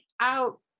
out